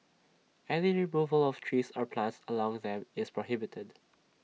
any removal of trees or plants along them is prohibited